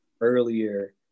earlier